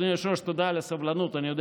אדוני היושב-ראש, תודה על הסבלנות, אני יודע